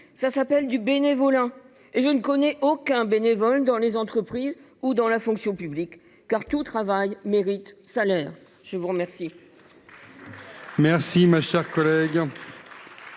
Cela s’appelle du bénévolat. Et je ne connais aucun bénévole dans les entreprises ou dans la fonction publique, car tout travail mérite salaire ! La parole